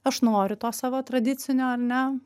aš noriu to savo tradicinio ar ne